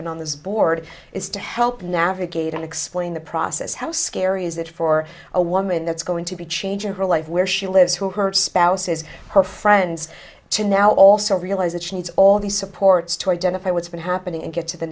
and on this board is to help navigate and explain the process how scary is that for a woman that's going to be changing her life where she lives who hurt spouses her friends to now also realize that she needs all these supports to identify what's been happening and get to the